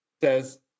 says